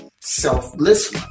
selfless